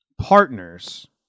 partners